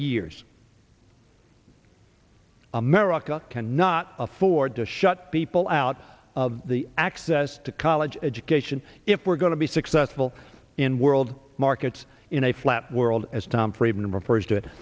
years america cannot afford to shut people out of the access to college education if we're going to be successful in world markets in a flat world as tom friedman refers to it